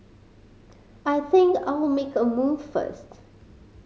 I think I'll make a move first